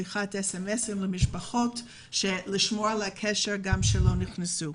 שליחת אס אם אסים למשפחות על מנת לשמור איתן על הקשר גם כשהן לא נכנסו.